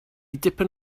dipyn